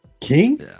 King